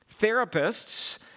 therapists